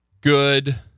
Good